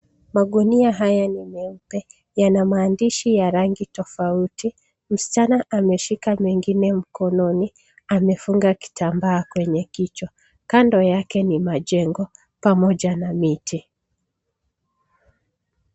Magunia haya ni meupe, yana maandishi ya rangi tofauti. Msichana ameshika mengine mkononi. Amefunga kitambaa kwenye kichwa. Kando yake ni majengo pamoja na miti.